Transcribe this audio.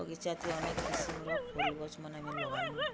ବଗିଚା ଥି ଅନେକ୍ କିସିମ୍ର ଫୁଲ୍ ଗଛ୍ମାନେ ଆମେ ଲଗାଲୁଁ